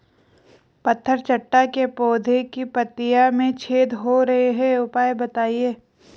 पत्थर चट्टा के पौधें की पत्तियों में छेद हो रहे हैं उपाय बताएं?